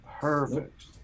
Perfect